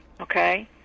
Okay